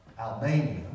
Albania